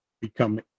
become